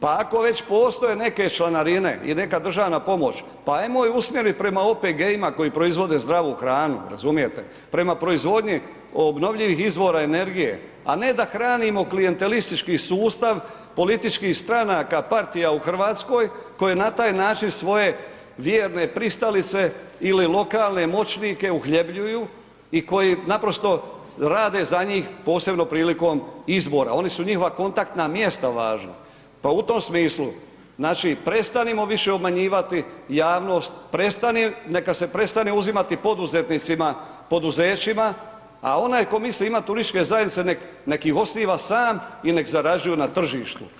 Pa ako već postoje neke članarine i neka državna pomoć, pa ajmo je usmjerit prema OPG-ima koji proizvode zdravu hranu, razumijete, prema proizvodnji obnovljivih izvora energije, a ne da hranimo klijentelistički sustav političkih stranaka, partija u RH koje na taj način svoje vjerne pristalice ili lokalne moćnike uhljebljuju i koji naprosto rade za njih, posebno prilikom izbora, oni su njihova kontaktna mjesta važni, pa u tom smislu, znači, prestanimo više obmanjivati javnost, neka se prestane uzimati poduzetnicima, poduzećima, a onaj tko misli imati turističke zajednice, nek ih osniva sam i nek zarađuju na tržištu, to je to.